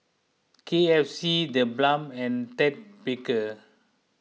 K F C the Balm and Ted Baker